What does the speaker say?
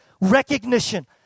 recognition